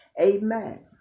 amen